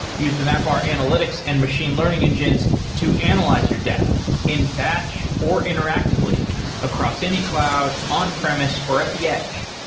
use the mapr analytics and machine learning engines to analyze your data in batch or interactively across any cloud, on-premise or at the edge.